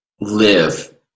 live